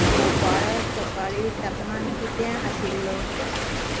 भोपाळांत सकाळीं तापमान कितें आशिल्लो